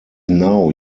now